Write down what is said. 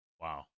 Wow